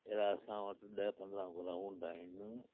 अहिड़ा असां वटि ॾ पंद्रहं ग्राऊंड आहिनि